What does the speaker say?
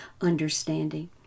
understanding